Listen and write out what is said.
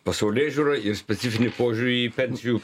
pasaulėžiūrą ir specifinį požiūrį į pensijų